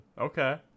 okay